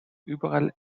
überall